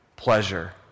pleasure